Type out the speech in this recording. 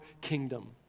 kingdom